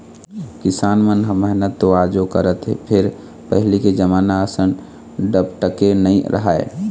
किसान मन ह मेहनत तो आजो करत हे फेर पहिली के जमाना असन डपटके नइ राहय